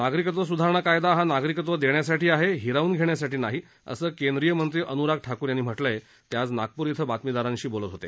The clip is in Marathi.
नागरिकत्व सुधारणा कायदा हा नागरिकत्व देण्यासाठी आहे हिरावून घेण्यासाठी नाही असं केंद्रीयमंत्री अन्राग ठाकूर यांनी म्हटलं आहे ते आज नागपूर इथं बातमीदारांशी बोलत होते